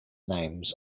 names